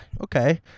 okay